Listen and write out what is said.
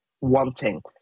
wanting